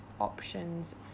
options